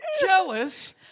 Jealous